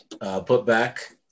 put-back